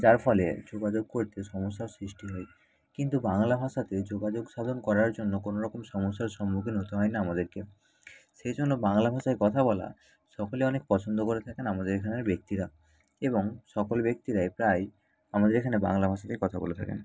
যার ফলে যোগাযোগ করতে সমস্যার সৃষ্টি হয় কিন্তু বাংলা ভাষাতে যোগাযোগ সাধন করার জন্য কোনো রকম সমস্যার সম্মুখীন হতে হয় না আমাদেরকে সেই জন্য বাংলা ভাষায় কথা বলা সকলে অনেক পছন্দ করে থাকেন আমাদের এখানের ব্যক্তিরা এবং সকল ব্যক্তিরাই প্রায় আমাদের এখান বাংলা ভাষাতেই কথা বলে থাকেন